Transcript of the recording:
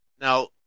now